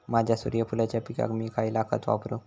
माझ्या सूर्यफुलाच्या पिकाक मी खयला खत वापरू?